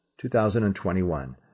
2021